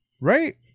right